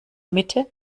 mitte